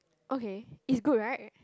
okay is good right